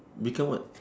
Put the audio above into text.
become what